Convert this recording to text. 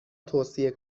توصیه